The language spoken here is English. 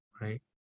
right